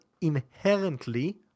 inherently